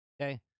Okay